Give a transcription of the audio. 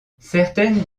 certaines